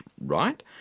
right